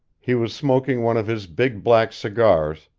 he was smoking one of his big, black cigars,